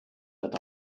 wird